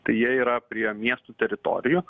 tai jie yra prie miestų teritorijų